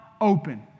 open